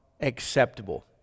acceptable